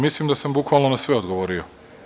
Mislim da sam bukvalno na sve odgovorio.